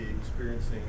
experiencing